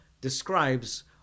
describes